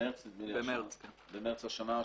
במרס השנה,